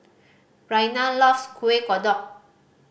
Raina loves Kueh Kodok